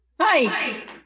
Hi